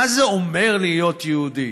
מה זה אומר להיות יהודי?